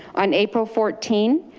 on april fourteen,